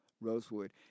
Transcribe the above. Rosewood